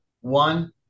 One